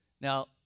Now